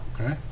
okay